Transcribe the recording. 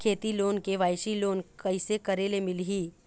खेती loan KYC loan कइसे करे ले मिलही?